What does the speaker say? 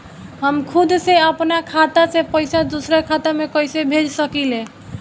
हम खुद से अपना खाता से पइसा दूसरा खाता में कइसे भेज सकी ले?